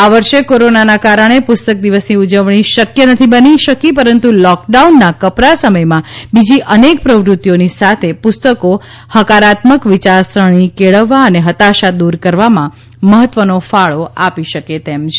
આ વર્ષે કોરોનાના કારણે પુસ્તક દિવસ ની ઉજવણી શક્ય નથી બની શકી પરંતુ લોક ડાઉન ના કપરા સમયમાં બીજી અનેક પ્રવૃતિઓની સાથે પુસ્તકો હકારાત્મક વિચારસરણી કેળવવા અને હતાશા દૂર કરવા માં મહત્વનો ફાળો આપી શકે તેમ છે